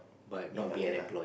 in a way lah